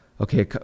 Okay